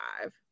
five